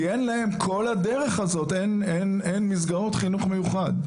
כי אין להם כל הדרך הזאת מסגרות חינוך מיוחד.